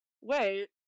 wait